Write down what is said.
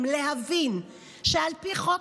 עדיין לא מסוגלים להבין שעל פי חוק,